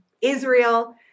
Israel